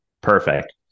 Perfect